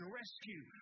rescue